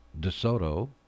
DeSoto